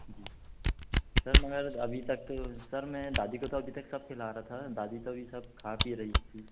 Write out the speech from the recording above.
जी sir मगर अभी तक तो सर मैं दादी को तो अभी तक सब खिला रहा था दादी तो अभी सब खा पी रही थी